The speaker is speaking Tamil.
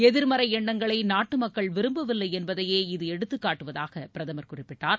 எதிர்மறை எண்ணங்களை நாட்டு மக்கள் விரும்பவில்லை என்பதையே இது எடுத்துக் காட்டுவதாக பிரதமர் குறிப்பிட்டார்